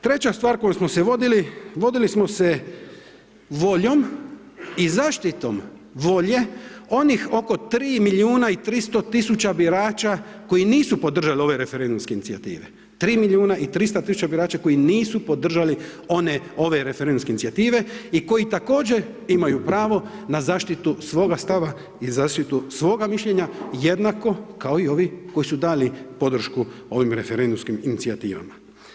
Treća stvar kojom smo se vodili, vodili smo se voljom i zaštitom volje onih oko 3 milijuna i 300 tisuća birača koji nisu podržali ove referendumske inicijative, 3 milijuna i 300 tisuća birača koji nisu podržali one, ove referendumske inicijative i koji također imaju pravo na zaštitu svoga stava i zaštitu svoga mišljenja jednako kao i ovi koji su dali podršku ovim referendumskim inicijativama.